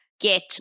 get